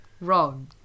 wrong